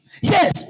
yes